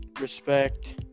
respect